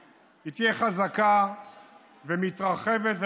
היא תהיה חזקה ומתרחבת,